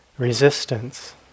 resistance